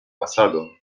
pasado